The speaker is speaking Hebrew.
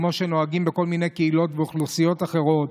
כמו שנוהגים בכל מיני קהילות ואוכלוסיות אחרות.